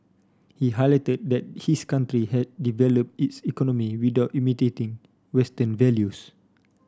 he highlighted that his country had developed its economy without imitating western values